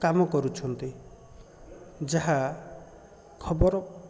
କାମ କରୁଛନ୍ତି ଯାହା ଖବର